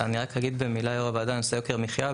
אני רק אגיד במילה בנושא יוקר המחיה,